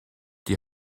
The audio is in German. die